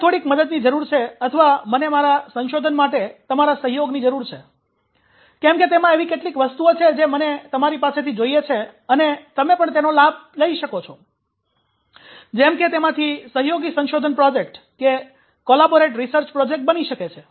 મને થોડી મદદની જરૂર છે અથવા મને મારા સંશોધન માટે તમારા સહયોગની જરૂર છે કેમ કે તેમાં એવી કેટલીક વસ્તુઓ છે જે મને તમારી પાસેથી જોઈએ છીએ અને તમે પણ તેનો લાભ લઈ શકો છો જેમ કે તેમાથી સહયોગી સંશોધન પ્રોજેક્ટ બની શકે છે